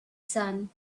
son